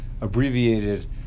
abbreviated